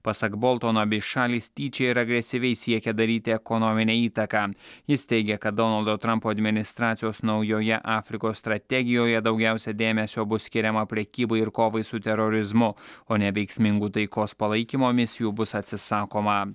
pasak boltono abi šalys tyčia ir agresyviai siekia daryti ekonominę įtaką jis teigia kad donaldo trampo administracijos naujoje afrikos strategijoje daugiausia dėmesio bus skiriama prekybai ir kovai su terorizmu o neveiksmingų taikos palaikymo misijų bus atsisakoma